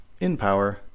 InPower